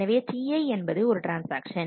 எனவே Ti என்பது ஒரு ட்ரான்ஸ்ஆக்ஷன்